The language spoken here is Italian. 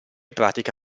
pratica